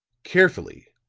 carefully,